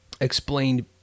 explained